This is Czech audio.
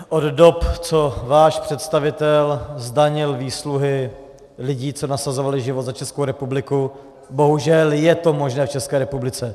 Od dob, co váš představitel zdanil výsluhy lidí, co nasazovali život za Českou republiku, bohužel je to možné v České republice.